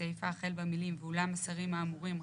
הסעיף החל במילים "ואולם המסרים האמורים רשאים"